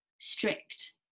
strict